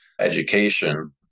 education